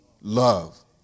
love